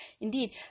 Indeed